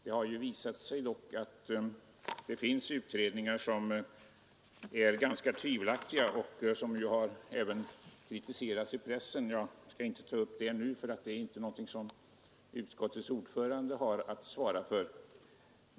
Det har dock visat sig att det finns utredningar som är ganska tvivelaktiga och som även har kritiserats i pressen. Jag skall emellertid inte ta upp det nu, för det är ingenting som utskottets ordförande har att svara för.